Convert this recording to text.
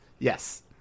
Yes